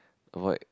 avoid